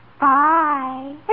Bye